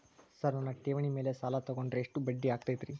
Sir ನನ್ನ ಠೇವಣಿ ಮೇಲೆ ಸಾಲ ತಗೊಂಡ್ರೆ ಎಷ್ಟು ಬಡ್ಡಿ ಆಗತೈತ್ರಿ?